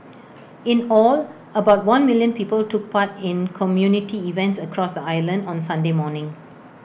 in all about one million people took part in community events across the island on Sunday morning